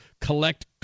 collect